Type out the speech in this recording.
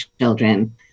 children